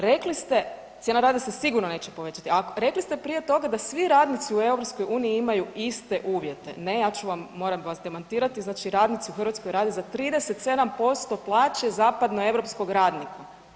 Rekli ste, cijena rada se sigurno neće povećati ako, a rekli ste prije toga da svi radnici u EU imaju iste uvjete, ne, moram vas demantirati, znači radnici u Hrvatskoj rade za 37% plaće zapadnoeuropskog radnika.